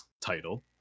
title